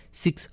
six